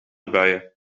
buien